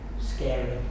Scary